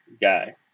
guy